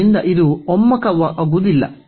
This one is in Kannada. ಆದ್ದರಿಂದ ಇದು ಒಮ್ಮುಖವಾಗುವುದಿಲ್ಲ